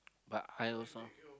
but I also